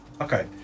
Okay